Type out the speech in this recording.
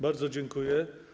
Bardzo dziękuję.